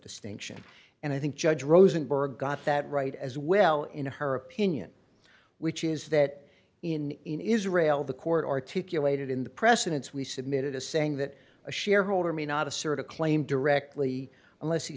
distinction and i think judge rosenberg got that right as well in her opinion which is that in in israel the court articulated in the precedents we submitted as saying that a shareholder may not assert a claim directly unless he